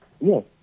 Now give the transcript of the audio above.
Yes